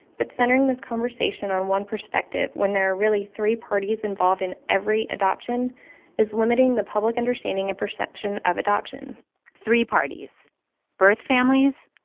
but centering this conversation on one perspective when there are really three parties involved in every adoption is limiting the public understanding and perception of adoption three parties birth families,